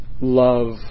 love